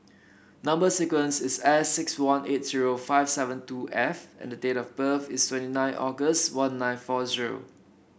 number sequence is S six one eight zero five seven two F and the date of birth is twenty nine August one nine four zero